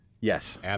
Yes